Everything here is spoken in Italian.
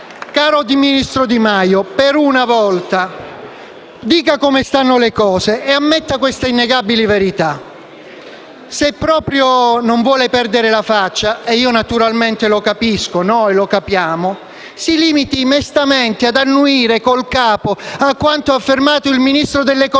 Caro ministro Di Maio, per una volta dica come stanno le cose e ammetta questa innegabile verità. Se proprio non vuole perdere la faccia - e noi lo capiamo - si limiti mestamente ad annuire con il capo a quanto affermato dal ministro dell'economia